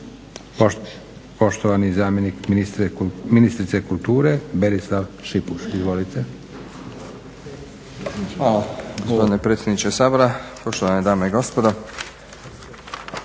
Poštovani zamjenik ministrice kulture Berislav Šipuš. Izvolite.